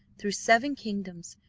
through seven kingdoms,